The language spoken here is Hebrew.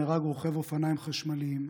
נהרג רוכב אופניים חשמליים,